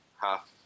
half